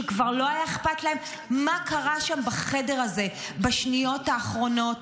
שכבר לא היה אכפת להם מה קרה שם בחדר הזה בשניות האחרונות.